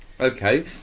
okay